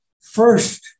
first